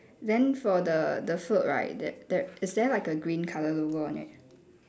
then for the the food right there there is there like a green colour logo on it